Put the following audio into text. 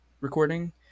recording